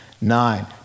nine